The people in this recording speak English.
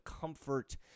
comfort